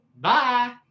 Bye